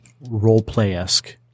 role-play-esque